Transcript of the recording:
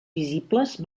visibles